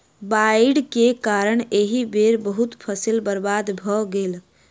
बाइढ़ के कारण एहि बेर बहुत फसील बर्बाद भअ गेल